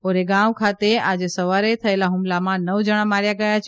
Oregon ખાતે આજે સવારે થયેલા ફ્રમલામાં નવ જણા માર્યા ગયા છે